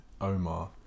Omar